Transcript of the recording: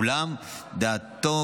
אולם דעתו,